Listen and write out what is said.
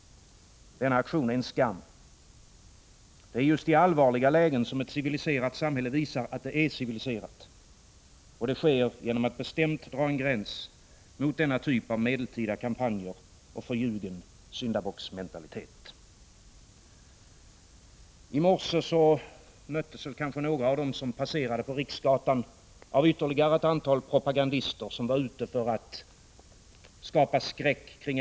Denna aktion är en skam. Det är just i allvarliga lägen som ett civiliserat samhälle visar att det är civiliserat. Och det sker genom att bestämt dra en gräns mot denna typ av medeltida kampanjer | och förljugen syndabocksmentalitet. I morse möttes kanske några av dem som passerade på Riksgatan av ytterligare ett antal propagandister, som var ute för att skapa skräck kring |.